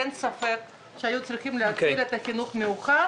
אין ספק שהיו צריכים להציל את החינוך המיוחד